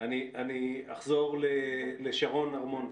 אני אחזור לשרון הרמון.